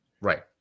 Right